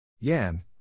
Yan